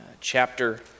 chapter